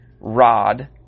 rod